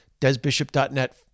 Desbishop.net